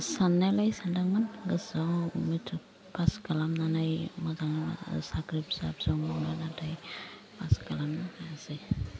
साननायालाय सानदोंमोन गोसोआव matric pass खालामनानै मोजां साख्रि फिसा फिसौ मावनो नाथाय पास खालामनो हायासै